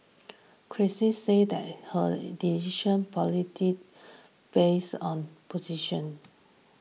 Critics said her decision politics bias on opposition